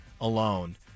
alone